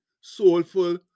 soulful